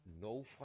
No